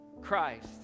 Christ